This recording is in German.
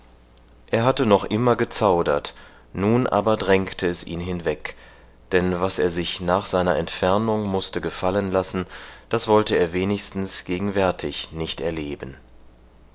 er hatte noch immer gezaudert nun aber drängte es ihn hinweg denn was er sich nach seiner entfernung mußte gefallen lassen das wollte er wenigstens gegenwärtig nicht erleben